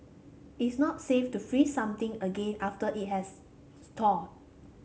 it's not safe to freeze something again after it has thawed